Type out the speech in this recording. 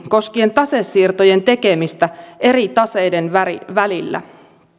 koskien tasesiirtojen tekemistä eri taseiden välillä